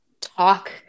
talk